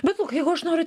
bet vat jeigu aš noriu